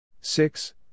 six